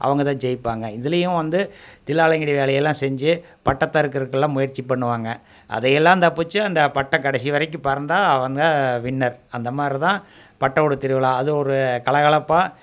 அவங்கதான் ஜெயிப்பாங்க இதுலேயும் வந்து தில்லாலங்கடி வேலையெல்லாம் செஞ்சு பட்டத்தை அறுக்கிறக்குலாம் முயற்சி பண்ணுவாங்க அதையெல்லாம் தப்பித்து அந்த பட்டம் கடைசி வரைக்கும் பறந்தால் அவன் தான் வின்னர் அந்தமாதிரிதான் பட்டம் விடும் திருவிழா அது ஒரு கலகலப்பாக